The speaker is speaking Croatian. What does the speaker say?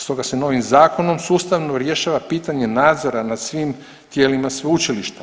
Stoga se novim zakonom sustavno rješava pitanje nadzora nad svim tijelima sveučilišta.